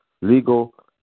Legal